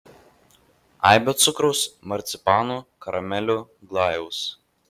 aibę cukraus marcipanų karamelių glajaus